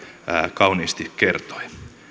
kauniisti kertoi